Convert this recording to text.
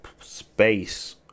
space